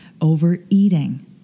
overeating